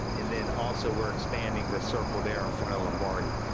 and then, also, we're expanding the circle, there, in front of lombardi.